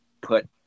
put